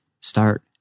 start